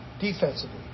defensively